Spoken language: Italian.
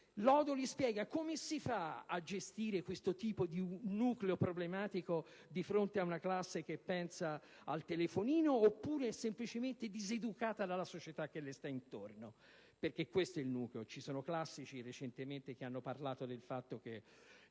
Lodoli spiega come si fa a gestire questo tipo di nucleo problematico di fronte a una classe che pensa al telefonino, oppure è semplicemente diseducata dalla società che gli sta intorno. Questo, infatti, è il nucleo, e vi sono classici che, recentemente, hanno parlato del fatto che